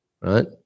right